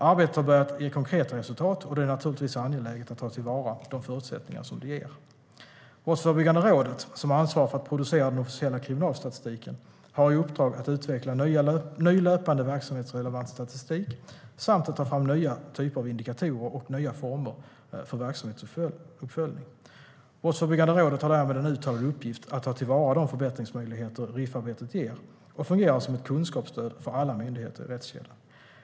Arbetet har börjat ge konkreta resultat, och det är naturligtvis angeläget att ta till vara de förutsättningar som det ger. Brottsförebyggande rådet, som ansvarar för att producera den officiella kriminalstatistiken, har i uppdrag att utveckla ny löpande verksamhetsrelevant statistik samt att ta fram nya typer av indikatorer och nya former för verksamhetsuppföljning. Brottsförebyggande rådet har därmed en uttalad uppgift att ta till vara de förbättringsmöjligheter RIF-arbetet ger och fungera som ett kunskapsstöd för alla myndigheter i rättskedjan.